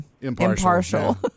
impartial